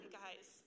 guys